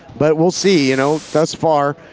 but we'll see. you know thus far